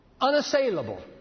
unassailable